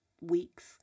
weeks